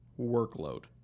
workload